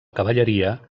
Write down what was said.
cavalleria